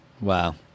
Wow